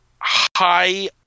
high